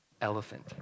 elephant